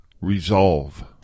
resolve